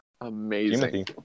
amazing